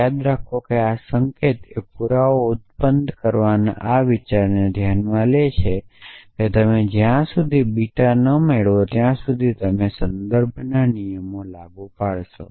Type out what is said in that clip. યાદ રાખો કે આ સંકેત એ પુરાવો ઉત્પન્ન કરવાના આ વિચારને ધ્યાનમાં લે છે કે તમે જ્યાં સુધી બીટા ન મેળવો ત્યાં સુધી તમે સંદર્ભના નિયમોમાં લાગુ પડશો